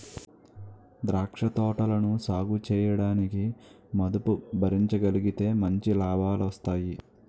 ద్రాక్ష తోటలని సాగుచేయడానికి మదుపు భరించగలిగితే మంచి లాభాలొస్తాయి